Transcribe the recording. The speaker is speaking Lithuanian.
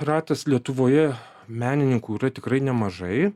ratas lietuvoje menininkų yra tikrai nemažai